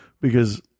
because-